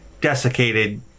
desiccated